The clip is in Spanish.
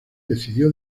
decidió